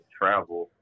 travel